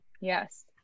Yes